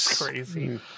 crazy